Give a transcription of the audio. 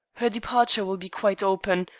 her departure will be quite open,